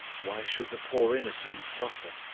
why should the poor innocent suffer?